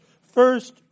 First